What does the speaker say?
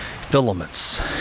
filaments